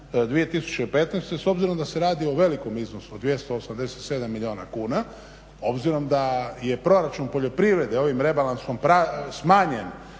2015. S obzirom da se radi o velikom iznosu od 287 milijuna kuna, obzirom da je proračun poljoprivrede ovim rebalansom smanjen